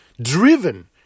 Driven